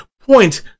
point